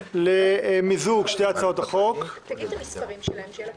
כספים למיזוג הצעות החוק הבאות: הצעת חוק התכנית